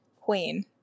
Queen